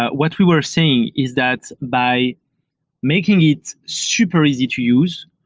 ah what we were saying is that by making it super easy to use,